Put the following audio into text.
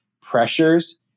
pressures